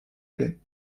plaît